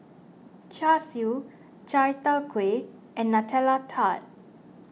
Char Siu Chai Tow Kway and Nutella Tart